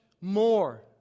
more